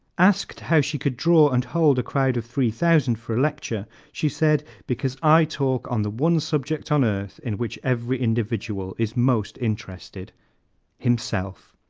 asked how she could draw and hold a crowd of three thousand for a lecture, she said because i talk on the one subject on earth in which every individual is most interested himself